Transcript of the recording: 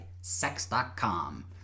sex.com